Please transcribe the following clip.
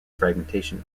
fragmentation